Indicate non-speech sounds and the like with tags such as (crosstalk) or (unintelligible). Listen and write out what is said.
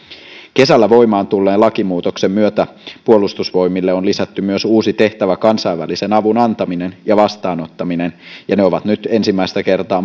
kesällä voimaan tulleen lakimuutoksen myötä puolustusvoimille on myös lisätty uusi tehtävä kansainvälisen avun antaminen ja vastaanottaminen ja se on nyt ensimmäistä kertaa (unintelligible)